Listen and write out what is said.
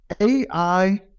AI